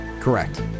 correct